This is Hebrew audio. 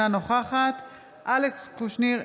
אינה נוכחת אלכס קושניר,